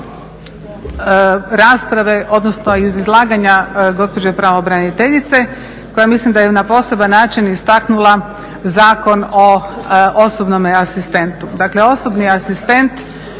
rasprave, odnosno iz izlaganja gospođe pravobraniteljice koja mislim da je na poseban način istaknula Zakon o osobnom asistentu. Dakle osobni asistent